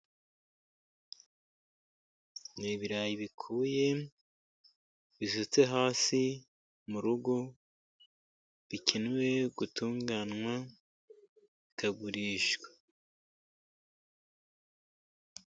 Ni ibirayi bikuye bisutse hasi mu rugo bikenewe gutunganywa bikagurishwa.